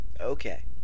Okay